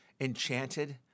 enchanted